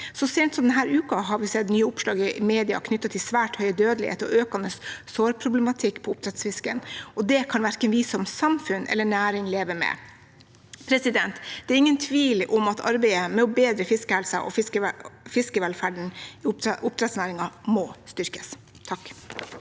Så sent som denne uken har vi sett nye oppslag i media knyttet til svært høy dødelighet og økende sårproblematikk på oppdrettsfisken. Det kan verken vi som samfunn eller næringen leve med. Det er ingen tvil om at arbeidet med å bedre fiskehelsen og fiskevelferden i oppdrettsnæringen må styrkes. Jenny